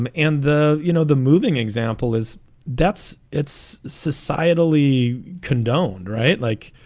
um and the you know, the moving example is that's it's societally condoned right. like,